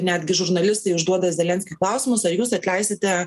netgi žurnalistai užduoda zelenskiui klausimus ar jūs atleisite